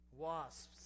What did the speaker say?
wasps